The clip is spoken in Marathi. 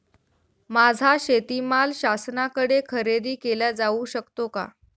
माझा शेतीमाल शासनाकडे खरेदी केला जाऊ शकतो का?